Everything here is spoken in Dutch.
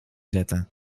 zetten